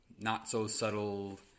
not-so-subtle